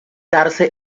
darse